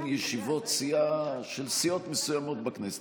ישיבות סיעה של סיעות מסוימות בכנסת,